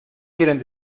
quieren